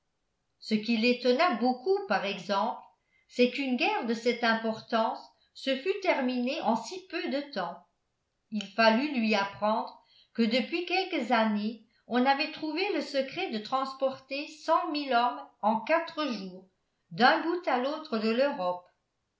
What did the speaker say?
ce qui l'étonna beaucoup par exemple c'est qu'une guerre de cette importance se fût terminée en si peu de temps il fallut lui apprendre que depuis quelques années on avait trouvé le secret de transporter cent mille hommes en quatre jours d'un bout à l'autre de l'europe